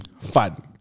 fun